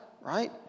right